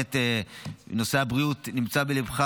שנושא הבריאות נמצא בליבך,